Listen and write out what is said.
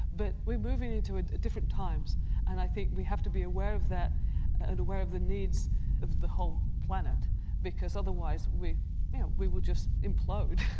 but we're moving into ah different times and i think we have to be aware of that and aware of the needs of the whole planet because otherwise we yeah we will just implode,